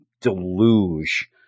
deluge